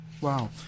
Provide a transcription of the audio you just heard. Wow